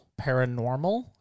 Paranormal